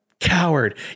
coward